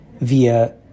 via